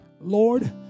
Lord